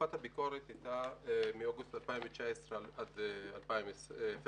תקופת הביקורת הייתה מאוגוסט 2019 עד פברואר